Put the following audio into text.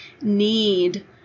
need